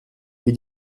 wie